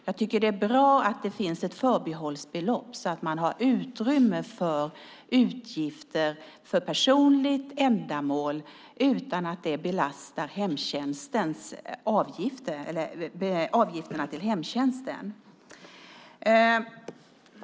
Jag tycker också att det är bra att det finns ett förbehållsbelopp så att man har utrymme för utgifter för personligt ändamål utan att det belastar avgifterna för hemtjänsten.